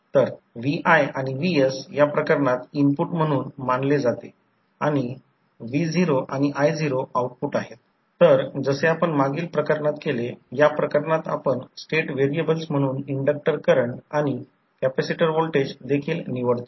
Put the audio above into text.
तर हा लॉस आणि हे I2 2 R2 लॉस दोन्ही समान असणे आवश्यक आहे जेणेकरून मला त्याइतकेच मूल्य मिळेल जसे की E1 E2 रेशो असे की सर्व काही समान राहील फक्त एक गोष्ट आहे आपल्याला एक रेजिस्टन्स घालावा लागेल जो आपल्याला इक्विवलेंट R2 शोधायचा आहे तो R2 आहे तर या R2 I2 2 I2 2 R2 चे लॉस हे फक्त समान असणे आवश्यक आहे